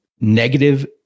negative